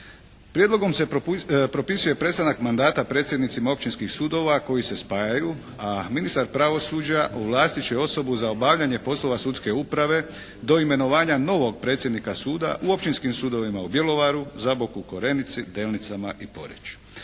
Prijedlogom se propisuje prestanak mandata predsjednicima općinskih sudova koji se spajaju, a ministar pravosuđa ovlastit će osobu za obavljanje poslova sudske uprave do imenovanja novog predsjednika suda u općinskim sudovima u Bjelovaru, Zaboku, Korenici, Delnicama i Poreču.